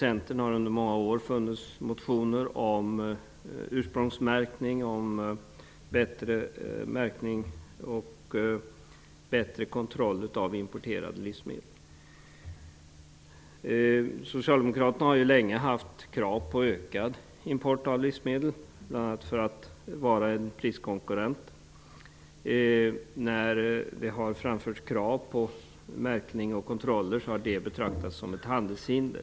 Centern har i många år väckt motioner om ursprungsmärkning samt bättre märkning och kontroll av importerade livsmedel. Socialdemokraterna har länge haft krav på ökad import av livsmedel, bl.a. för priskonkurrensen. När det har framförts krav på märkning och kontroller har det betraktats som handelshinder.